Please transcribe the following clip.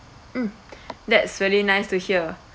mm that's really nice to hear